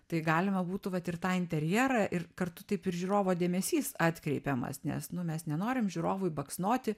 tai galima būtų vat ir tą interjerą ir kartu taip ir žiūrovo dėmesys atkreipiamas nes nu mes nenorim žiūrovui baksnoti